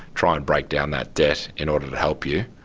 try and break down that debt in order to help you,